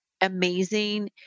amazing